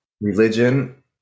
religion